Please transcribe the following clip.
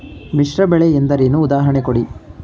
ಮಿಶ್ರ ಬೆಳೆ ಎಂದರೇನು, ಉದಾಹರಣೆ ಕೊಡಿ?